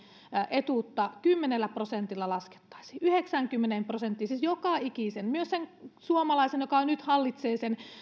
etuutta laskettaisiin kymmenellä prosentilla yhdeksäänkymmeneen prosenttiin siis joka ikisen myös sen suomalaisen joka nyt hallitsee